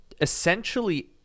essentially